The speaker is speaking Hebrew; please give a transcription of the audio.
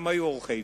הם היו עורכי-דין,